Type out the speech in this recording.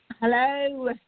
Hello